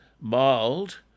mild